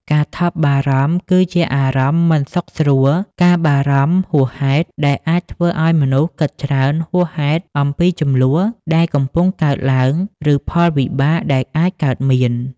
ការថប់បារម្ភ គឺជាអារម្មណ៍មិនសុខស្រួល ការបារម្ភហួសហេតុ ដែលអាចធ្វើឲ្យមនុស្សគិតច្រើនហួសហេតុអំពីជម្លោះដែលកំពុងកើតឡើង ឬផលវិបាកដែលអាចកើតមាន។